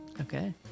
Okay